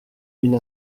une